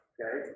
Okay